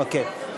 אוקיי.